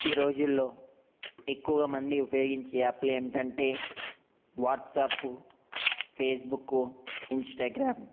ఈ రోజుల్లో ఎక్కువగా మంది ఉపయోగించే యాప్లు ఏమిటంటే వాట్సాప్ ఫేస్బుక్ ఇన్స్టాగ్రామ్